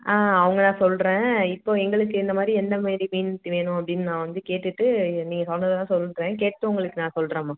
ஆ அவங்க தான் சொல்கிறேன் இப்போ எங்களுக்கு இந்த மாதிரி எந்த மாதிரி மீன் வேணும் அப்படின்னு நான் வந்து கேட்டுவிட்டு நீங்கள் சொல்கிறதெல்லாம் சொல்கிறேன் கேட்டு உங்களுக்கு நான் சொல்கிறேம்மா